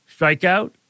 strikeout